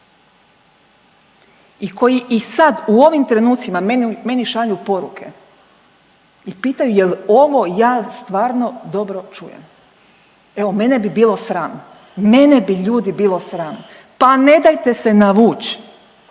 i koji i sad u ovim trenucima meni šalju poruke i pitaju jel ovo ja stvarno dobro čujem. Evo mene bi bilo sram, mene bi ljudi bilo sram. Pa ne dajte se navuć